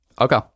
Okay